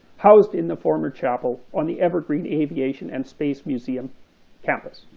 housed in the former chapel on the evergreen aviation and space museum campus.